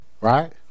right